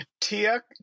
Tia